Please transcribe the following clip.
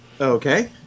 Okay